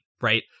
right